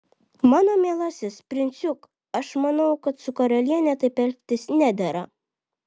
mano mielasis princiuk aš manau kad su karaliene taip elgtis nedera